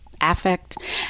affect